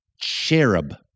cherub